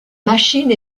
machine